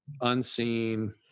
unseen